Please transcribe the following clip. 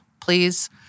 please